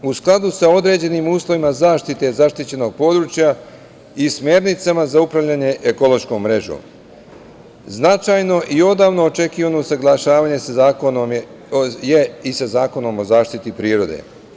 U skladu sa određenim uslovima zaštite zaštićenog područja i smernicama za upravljanje ekološkom mrežom, značajno i odavno očekivano usaglašavanje je i sa Zakonom o zaštiti prirode.